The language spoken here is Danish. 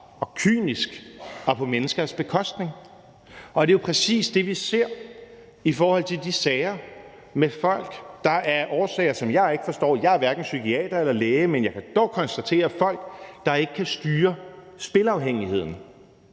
og kynisk og på menneskers bekostning, og det er præcis det, vi ser i forhold til de sager med folk, der af årsager, som jeg ikke forstår – jeg er hverken psykiater eller læge, men jeg kan dog konstatere det – ikke kan styre spilafhængigheden.